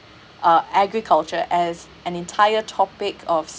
uh agriculture as an entire topic of